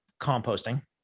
composting